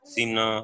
Sina